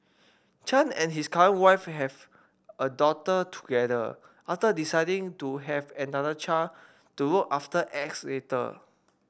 chan and his current wife have a daughter together after deciding to have another child to look after X later